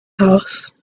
house